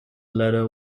letter